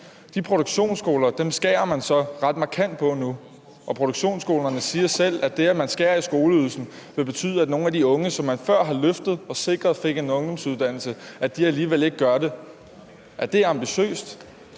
De produktionsskoler skærer man så ret markant på nu, og produktionsskolerne siger selv, at det, at man skærer i skoleydelsen, vil betyde, at nogle af de unge, som man før har løftet og sikret fik en ungdomsuddannelse, alligevel ikke gør det. Er det ambitiøst?